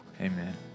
Amen